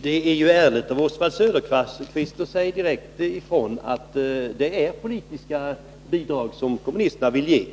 Fru talman! Det är ärligt av Oswald Söderqvist att direkt säga ifrån att det är politiska bidrag som kommunisterna vill ge.